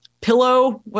pillow